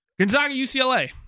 Gonzaga-UCLA